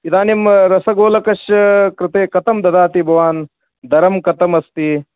इदानीं रसगोलकस्य कृते कथं ददाति भवान् दरं कथमस्ति